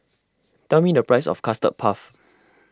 tell me the price of Custard Puff